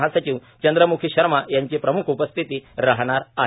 महासचिव चंद्रम्खी शर्मा यांची प्रम्ख उपस्थिती राहणार आहे